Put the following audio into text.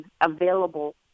available